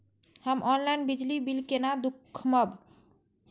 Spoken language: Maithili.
हम ऑनलाईन बिजली बील केना दूखमब?